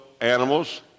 animals